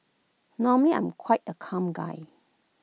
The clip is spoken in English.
normally I'm quite A calm guy